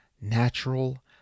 natural